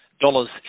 dollars